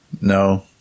No